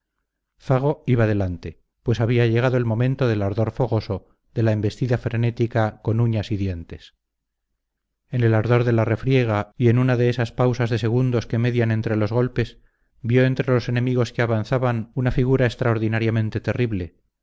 iba delante pues había llegado el momento del ardor fogoso de la embestida frenética con uñas y dientes en el ardor de la refriega y en una de esas pausas de segundos que median entre los golpes vio entre los enemigos que avanzaban una figura extraordinariamente terrible